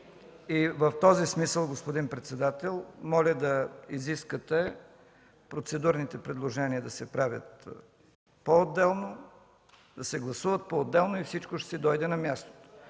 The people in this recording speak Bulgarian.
В този смисъл, господин председател, моля да изискате процедурните предложения да се правят поотделно, да се гласуват поотделно и всичко ще си дойде на място.